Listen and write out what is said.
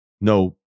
no